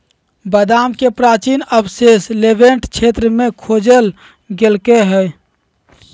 बादाम के प्राचीन अवशेष लेवेंट क्षेत्र में खोजल गैल्के हइ